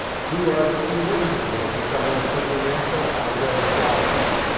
who are the two witnesses? will it be someone supernatural? i rather doubt it,